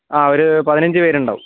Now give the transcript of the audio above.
ആ ഒരു പതിനഞ്ച് പേരുണ്ടാവും